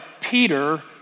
Peter